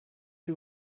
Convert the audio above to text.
you